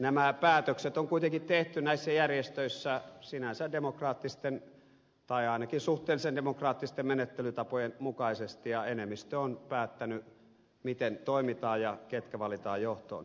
nämä päätökset on kuitenkin tehty näissä järjestöissä sinänsä demokraattisten tai ainakin suhteellisen demokraattisten menettelytapojen mukaisesti ja enemmistö on päättänyt miten toimitaan ja ketkä valitaan johtoon